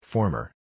Former